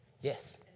Yes